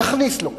תכניס לו כבר.